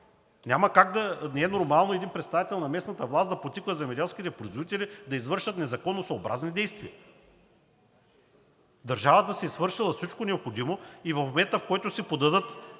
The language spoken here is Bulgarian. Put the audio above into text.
Няма как, не е нормално един представител на местната власт да подтиква земеделските стопани да извършат незаконосъобразни действия. Държавата си е свършила всичко необходимо и в момента, в който си подадат